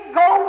go